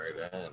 right